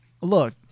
look